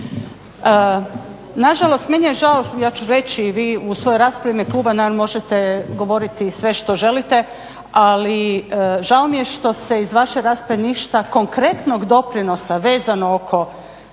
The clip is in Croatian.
nažalost meni je žao, ja ću reći i vi u svojoj raspravi u ime kluba možete govoriti sve što želite ali žao mi je što se iz vaše rasprave ništa konkretnog doprinosa vezano oko